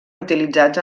utilitzats